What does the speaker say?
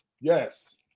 Yes